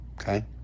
Okay